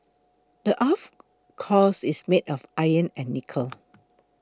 the earth's core is made of iron and nickel